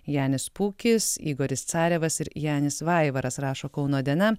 janis pūkis igoris carevas ir janis vaivaras rašo kauno diena